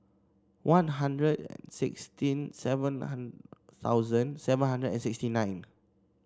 One Hundred sixteen seven thousand seven hundred and sixty nine